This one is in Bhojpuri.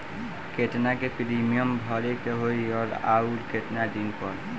केतना के प्रीमियम भरे के होई और आऊर केतना दिन पर?